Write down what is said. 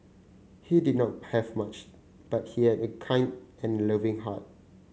he did not have much but he had a kind and loving heart